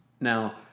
Now